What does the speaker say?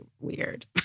weird